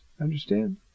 Understand